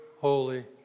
holy